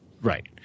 right